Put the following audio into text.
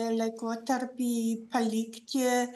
laikotarpį palikti